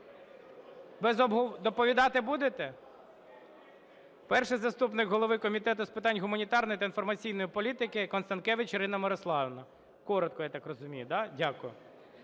Доповідати будете? Перший заступник голови Комітету з питань гуманітарної та інформаційної політики Констанкевич Ірина Мирославівна. Коротко, я так розумію, да?